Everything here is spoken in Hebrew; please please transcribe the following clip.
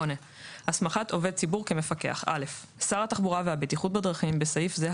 הסמכת עובד ציבור כמפקח 28.(א)שר התחבורה והבטיחות בדרכים (בסעיף זה,